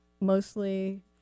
mostly